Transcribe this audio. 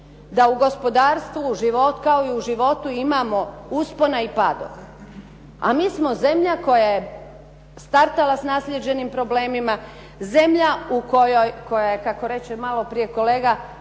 Da u gospodarstvu kao i u životu imamo uspona i padova. A mi smo zemlja koja je startala s naslijeđenim problemima, zemlja u koja je kako reče malo prije kolega,